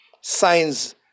Signs